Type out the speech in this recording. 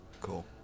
Cool